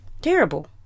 terrible